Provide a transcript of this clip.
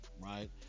right